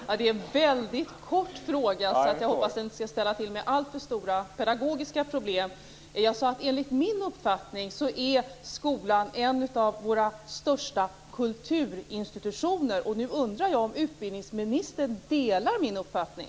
Herr talman! Det är en väldigt kort fråga. Jag hoppas att den inte skall ställa till med alltför stora pedagogiska problem. Jag sade att enligt min uppfattning är skolan en av våra största kulturinstitutioner. Nu undrar jag om utbildningsministern delar min uppfattning.